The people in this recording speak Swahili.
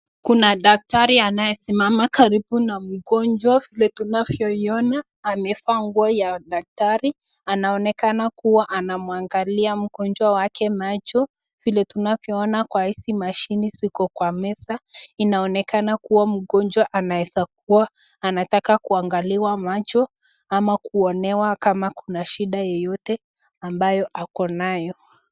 Kuna daktari anayesimama karibu na mgonjwa, na tunavyomuona amevaa nguo ya daktari. Anaonekana kuwa anamwangalia mgonjwa wake macho vile tunavyona kwa hizi mashini ziko kwa meza, inaonekana kuwa mgonjwa anawezakuwa anataka kuangaliwa macho ama kuonewa kama kuna shida yeyote ambayo ako nayo.